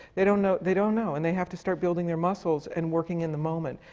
they don't know, they don't know. and they have to start building their muscles and working in the moment.